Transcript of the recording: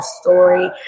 story